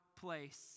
place